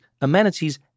amenities